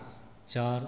चार